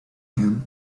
him